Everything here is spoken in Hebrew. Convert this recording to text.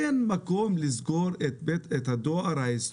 אין מקום לסגור שם את סניף הדואר.